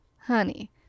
honey